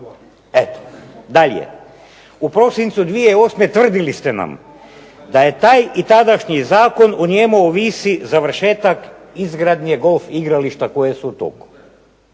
Eto, dalje. U prosincu 2008. tvrdili ste nam da je taj i tadašnji zakon o njemu ovisi završetak izgradnje golf igrališta koje su u toku.